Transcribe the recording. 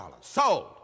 Sold